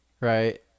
right